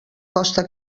costa